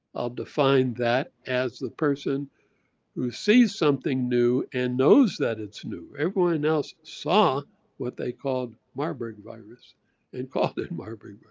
i'll define that, as the person who sees something new and knows that it's new. everyone else saw what they called marburg virus and called it and marburg but